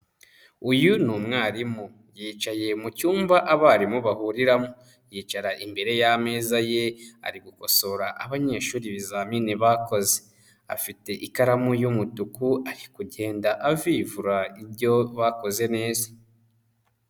Uyu ni umwarimu, yicaye mu cyumba abarimu bahuriramo yicara imbere y'ameza ye, ari gukosora abanyeshuri ibizamini bakoze, afite ikaramu y'umutuku ari kugenda avivura ibyo bakoze neza.